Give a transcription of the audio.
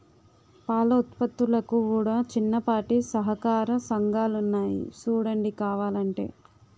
పాల ఉత్పత్తులకు కూడా చిన్నపాటి సహకార సంఘాలున్నాయి సూడండి కావలంటే